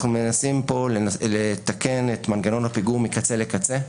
אנחנו מנסים פה לתקן את מנגנון הפיגור מקצה לקצה,